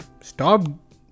stop